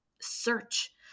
search